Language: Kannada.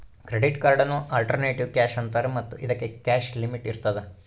ಕ್ರೆಡಿಟ್ ಕಾರ್ಡನ್ನು ಆಲ್ಟರ್ನೇಟಿವ್ ಕ್ಯಾಶ್ ಅಂತಾರೆ ಮತ್ತು ಇದಕ್ಕೆ ಕ್ಯಾಶ್ ಲಿಮಿಟ್ ಇರ್ತದ